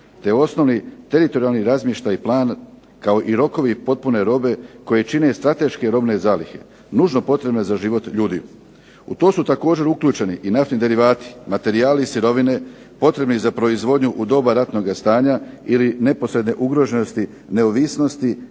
te osnovni teritorijalni razmještaj i plan kao i rokovi potpune robe koje čine strateške robne zalihe nužno potrebne za život ljudi. U to su također uključeni i naftni derivati, materijali i sirovine potrebni za proizvodnju u doba ratnoga stanja ili neposredne ugroženosti neovisnosti